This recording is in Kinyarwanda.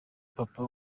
papa